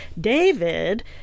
David